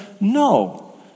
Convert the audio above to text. no